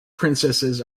princesses